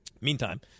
Meantime